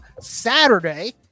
Saturday